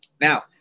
Now